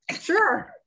sure